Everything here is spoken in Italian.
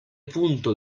punto